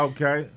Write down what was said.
Okay